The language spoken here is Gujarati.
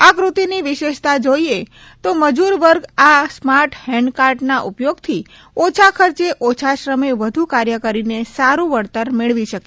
આ કૃતિ ની વિશેષતા જોઈએ તો મજુર વર્ગ આ સ્માર્ટ હેન્ડ કાર્ટ ના ઉપયોગ થી ઓછા ખર્ચે ઓછા શ્રમે વધુ કાર્ય કરીને સારું વળતર મેળવી શકે